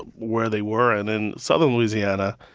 where they were. and in southern louisiana,